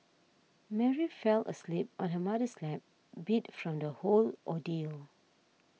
Mary fell asleep on her mother's lap beat from the whole ordeal